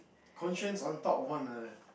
constrains on top one another